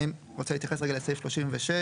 אני רוצה להתייחס רגע לסעיף 36,